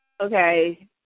Okay